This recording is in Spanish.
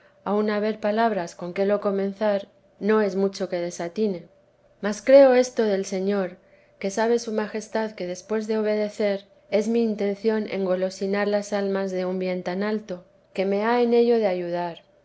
aun haber palabras con que lo comenzar no es mucho que desatino mas creo esto del señor que sabe su majestad que después de obedecer es mi intención engolosinar las almas de un bien tan alto que me ha en ello de ayudar